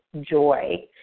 joy